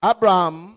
Abraham